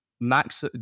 max